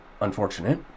unfortunate